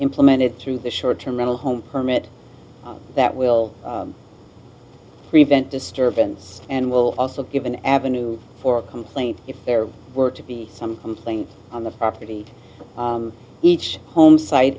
implemented through the short term mental home permit that will prevent disturbance and will also give an avenue for complaint if there were to be some something on the property each home site